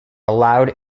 allowed